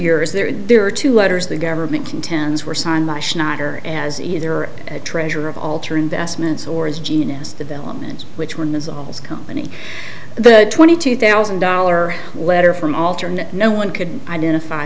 years there are two letters the government contends were signed by schneider as either a treasure of altar investments or as genius developments which were in this office company the twenty two thousand dollar letter from alter net no one could identify